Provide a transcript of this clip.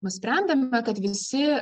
nusprendėm kad visi